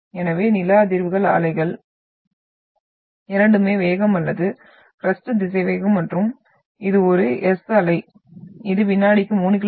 எனவே நில அதிர்வு அலைகள் இரண்டுமே வேகம் அல்லது க்ரஸ்ட் திசைவேகம் மற்றும் இது ஒரு S அலை இது வினாடிக்கு 3 கி